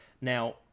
Now